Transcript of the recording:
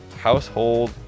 household